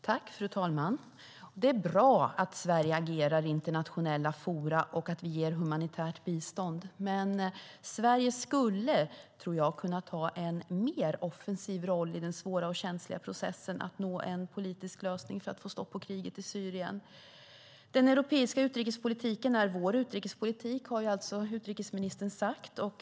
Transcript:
Fru talman! Det är bra att Sverige agerar i internationella forum och att vi ger humanitärt bistånd. Men Sverige skulle kunna ta en mer offensiv roll i den svåra och känsliga processen att nå en politisk lösning för att få stopp på kriget i Syrien. Den europeiska utrikespolitiken är vår utrikespolitik, har utrikesministern sagt.